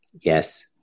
Yes